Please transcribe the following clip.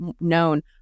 known